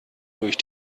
durch